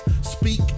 speak